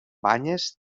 banyes